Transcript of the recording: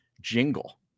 jingle